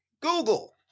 Google